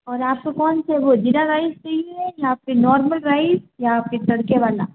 और आपको कौन से वो जीरा राइस चाहिए या नॉर्मल राइस या फिर तड़के वाला